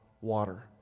water